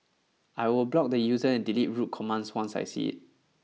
I will block the user and delete rude commands once I see it